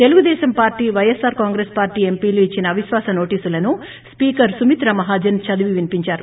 Telugu Desam party YSR Congress party ఎంపీలు ఇచ్చిన అవిశ్వాస నోటీసులను సీసకర్ సుమిత్రా మహాజన్ చదివి వినిపించారు